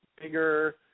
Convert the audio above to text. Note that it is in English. bigger